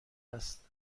است